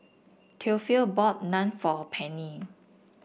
Theophile bought Naan for Penny